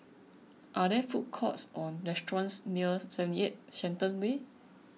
are there food courts or restaurants near seventy eight Shenton Way